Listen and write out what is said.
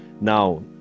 now